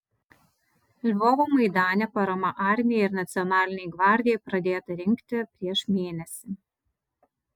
lvovo maidane parama armijai ir nacionalinei gvardijai pradėta rinkti prieš mėnesį